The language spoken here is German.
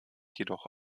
jedoch